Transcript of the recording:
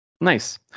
Nice